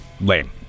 lame